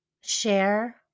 share